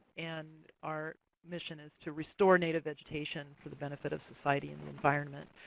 and our mission is to restore native vegetation for the benefit of society and the environment.